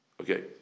Okay